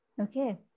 Okay